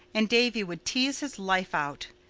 and davy would tease his life out.